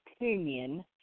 opinion